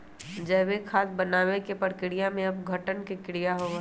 जैविक खाद बनावे के प्रक्रिया में अपघटन के क्रिया होबा हई